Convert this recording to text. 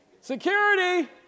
Security